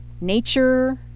Nature